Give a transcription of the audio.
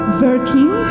working